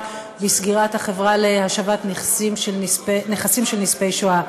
וסגירת החברה להשבת נכסים של נספי השואה.